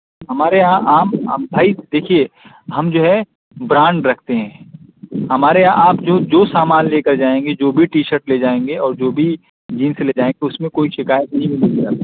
ہمارے یہاں عام عام بھائی دیکھیے ہم جو ہے برانڈ رکھتے ہیں ہمارے یہاں آپ جو جو سامان لے کر جائیں گے جو بھی ٹی شرٹ لے جائیں گے اور جو بھی جینس لے جائیں گے اس میں کوئی شکایت نہیں ملے گی